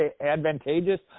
advantageous